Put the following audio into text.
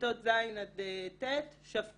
כיתות ז' עד ט' שבתו.